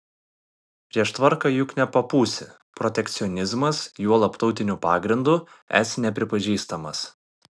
prieš tvarką juk nepapūsi protekcionizmas juolab tautiniu pagrindu es nepripažįstamas